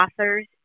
authors